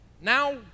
Now